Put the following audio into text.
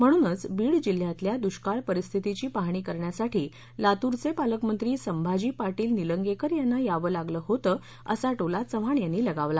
म्हणूनच बीड जिल्ह्यातल्या दुष्काळ परिस्थितीची पाहणी करण्यासाठी लातूरचे पालकमंत्री संभाजी पाटील निलंगेकर यांना यावे लागले होते असा टोला चव्हाण यांनी लगावला